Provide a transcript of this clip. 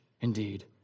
indeed